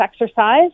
exercise